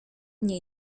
nie